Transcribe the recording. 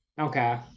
okay